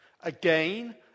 again